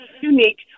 unique